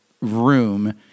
room